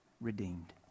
redeemed